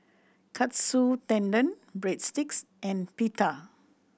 Katsu Tendon Breadsticks and Pita